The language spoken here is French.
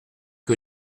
que